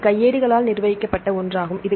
இது கையேடுகளால் நிர்வகிக்கப்பட்ட ஒன்றாகும்